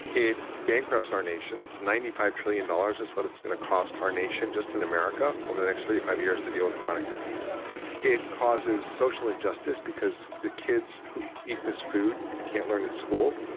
it bankrupts our nations. ninety five trillion dollars is what's going to cost our nation just in america over the next thirty five years to deal with chronic disease it causes social injustice because the kids who eat this food can't learn in school,